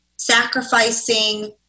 sacrificing